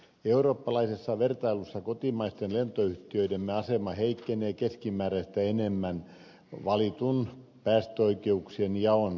eurooppalaisessa vertailussa kotimaisten lentoyhtiöittemme asema heikkenee keskimääräistä enemmän valitun päästöoikeuksien jaon vertailumenetelmän seurauksena